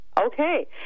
Okay